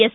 S